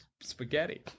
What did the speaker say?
spaghetti